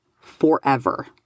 forever